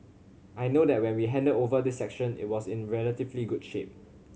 I know that when we handed over this section it was in relatively good shape